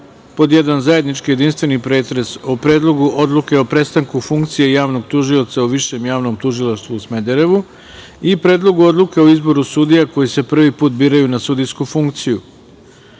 1. zajednički jedinstveni pretres o Predlogu odluke o prestanku funkcije javnog tužioca u Višem javnom tužilaštvu u Smederevu i Predlogu odluke o izboru sudija koji se prvi put biraju na sudijsku funkciju